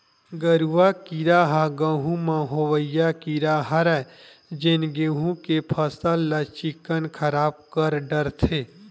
गरुआ कीरा ह गहूँ म होवइया कीरा हरय जेन गेहू के फसल ल चिक्कन खराब कर डरथे